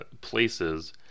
places